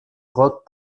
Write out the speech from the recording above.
rock